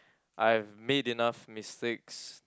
I've made enough mistakes